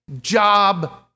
job